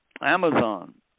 Amazon